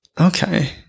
Okay